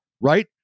right